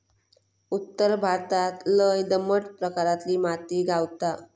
उत्तर भारतात लय दमट प्रकारातली माती गावता